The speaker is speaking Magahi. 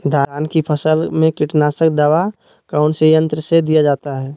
धान की फसल में कीटनाशक दवा कौन सी यंत्र से दिया जाता है?